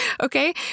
okay